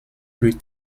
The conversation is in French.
plus